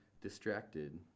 distracted